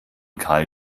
kahl